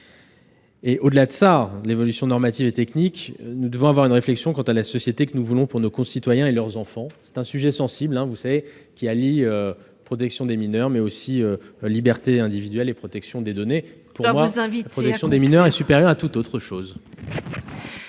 Au-delà de l'évolution normative et technique, nous devons mener une réflexion quant à la société que nous voulons pour nos concitoyens et leurs enfants. C'est un sujet sensible qui allie la protection des mineurs, mais aussi la liberté individuelle et la protection des données. Je vous invite à conclure ! Pour moi, la protection des mineurs est supérieure à toute autre chose.